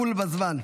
בול בזמן.